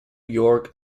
york